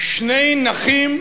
שני נכים,